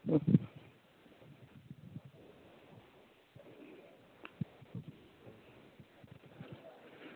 अं